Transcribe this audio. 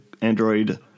Android